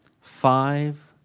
five